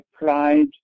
applied